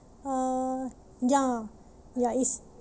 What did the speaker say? uh ya ya it's